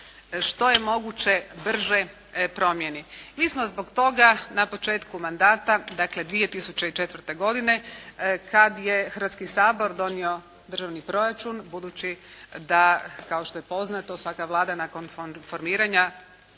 što je moguće brže promijeni. Mi smo zbog toga na početku mandata dakle 2004. godine kad je Hrvatski sabor donio državni proračun budući da kao što je poznato svaka Vlada nakon formiranja